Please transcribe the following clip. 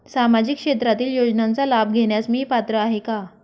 सामाजिक क्षेत्रातील योजनांचा लाभ घेण्यास मी पात्र आहे का?